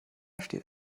steht